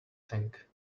tank